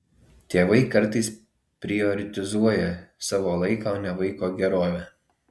tėvai kartais prioritizuoja savo laiką o ne vaiko gerovę